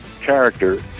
character